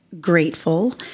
grateful